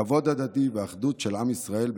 כבוד הדדי ואחדות של עם ישראל בתפארתו.